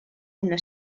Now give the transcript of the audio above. una